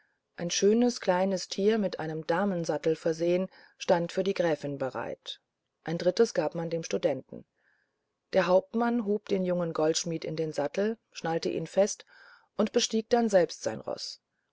ein schönes kleines tier mit einem damensattel versehen stand für die gräfin bereit ein drittes gab man dem studenten der hauptmann hob den jungen goldschmidt in den sattel schnallte ihn fest und bestieg dann selbst sein roß